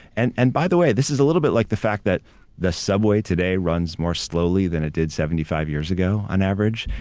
and and by the way, this is a little bit about like the fact that the subway today runs more slowly than it did seventy five years ago, on average.